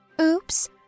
oops